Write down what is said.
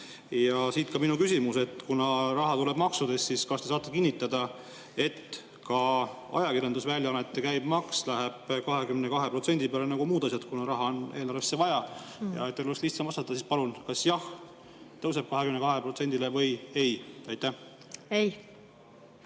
Siit ka minu küsimus. Kuna raha tuleb maksudest, siis kas te saate kinnitada, et ka ajakirjandusväljaannete käibemaks läheb 22% peale nagu muud asjad, kuna raha on eelarvesse vaja? Ja et teil oleks lihtsam vastata, siis palun öelge kas jah, et tõuseb 22%‑le, või ei. Ei.